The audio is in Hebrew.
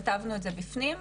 כתבנו את זה בפנים,